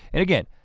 and again,